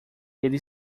ele